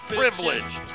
privileged